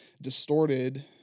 distorted